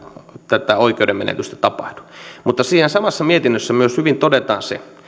tätä oikeudenmenetystä tapahdu mutta siinä samassa mietinnössä myös hyvin todetaan se